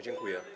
Dziękuję.